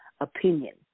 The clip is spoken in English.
opinion